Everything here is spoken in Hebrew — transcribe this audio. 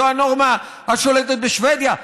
זו הנורמה השולטת בשבדיה,